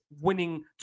winning